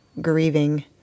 grieving